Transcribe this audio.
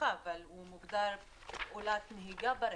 מנוחה אבל הוא מוגדר פעולת נהיגה ברכב.